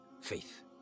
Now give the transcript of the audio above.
faith